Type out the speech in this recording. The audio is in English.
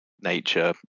nature